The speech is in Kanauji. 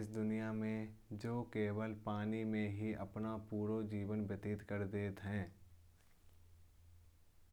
इस दुनिया में जो केवल पानी में ही अपना पूरा जीवन व्यतीत करते हैं।